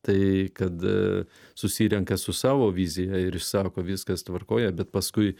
tai kad susirenka su savo vizija ir išsako viskas tvarkoje bet paskui